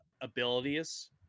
abilities